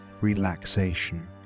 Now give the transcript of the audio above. relaxation